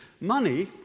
money